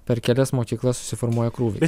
per kelias mokyklas susiformuoja krūviai